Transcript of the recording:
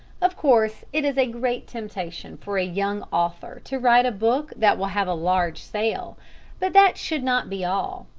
of course it is a great temptation for a young author to write a book that will have a large sale but that should not be all.